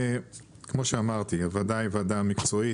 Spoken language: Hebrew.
כמו שאמרתי הוועדה היא ועדה מקצועית,